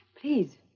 Please